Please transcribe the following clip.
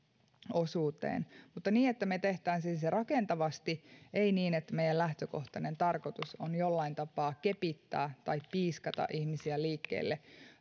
osuuteen mutta niin että me tekisimme se rakentavasti ei niin että meidän lähtökohtainen tarkoituksemme on jollain tapaa kepittää tai piiskata ihmisiä liikkeelle